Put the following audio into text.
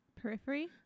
Periphery